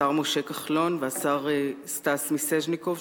השר משה כחלון והשר סטס מיסז'ניקוב,